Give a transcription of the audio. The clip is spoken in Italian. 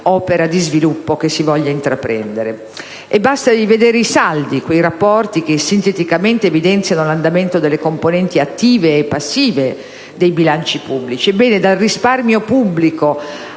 opera di sviluppo che si voglia intraprendere. Basti vedere i saldi, quei rapporti che sinteticamente evidenziano l'andamento delle componenti attive e passive dei bilanci pubblici. Ebbene, dal risparmio pubblico